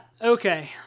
Okay